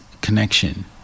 connection